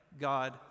God